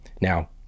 Now